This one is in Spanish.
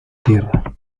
tierra